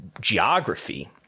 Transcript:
geography